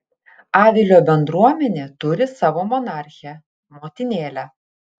avilio bendruomenė turi savo monarchę motinėlę